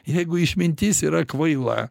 jeigu išmintis yra kvaila